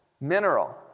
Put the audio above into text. mineral